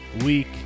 week